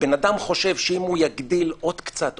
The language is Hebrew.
ובן אדם חושב שאם הוא יגדיל עוד קצת,